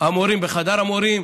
המורים בחדר המורים.